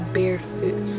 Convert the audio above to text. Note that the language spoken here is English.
barefoot